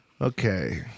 Okay